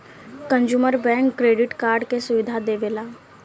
consumer bank credit card के सुविधा देवेला